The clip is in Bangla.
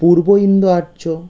পূর্ব ইন্দো আর্য